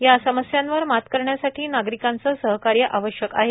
या समस्यांवर मात करण्यासाठी नागरिकांचे सहकार्य आवश्यक आहे